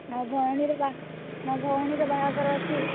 ମୋ ଭଉଣୀର ବା ମୋ ଭଉଣୀର ବାହାଘର ଅଛି